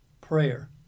prayer